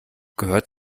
gehört